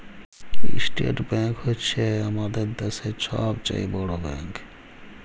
state bank হছে আমাদের দ্যাশের ছব চাঁয়ে বড় ব্যাংক